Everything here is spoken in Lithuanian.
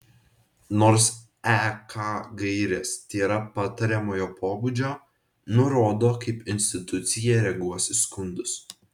nors ek gairės tėra patariamojo pobūdžio nurodo kaip institucija reaguos į skundus